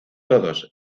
todos